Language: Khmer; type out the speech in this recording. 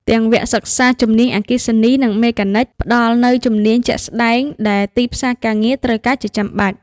ទាំងវគ្គសិក្សាជំនាញអគ្គិសនី និងមេកានិក ផ្តល់នូវជំនាញជាក់ស្តែងដែលទីផ្សារការងារត្រូវការជាចាំបាច់។